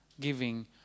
giving